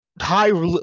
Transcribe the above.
high